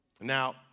Now